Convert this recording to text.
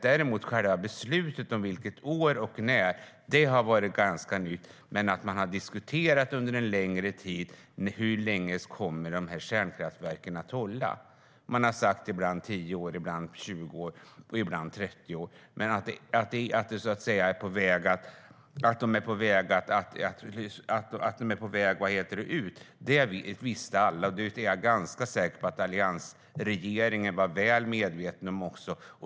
Däremot är själva beslutet om vilket år och när ganska nytt. Men man har diskuterat under en längre tid hur länge kärnkraftverken kommer att hålla. Man har ibland sagt 10 år, ibland 20 år, ibland 30 år. Men att den var på väg ut visste alla. Det är jag ganska säker på att också alliansregeringen var väl medveten om.